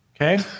Okay